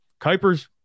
Kuipers